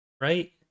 right